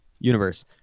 universe